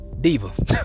diva